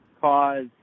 cause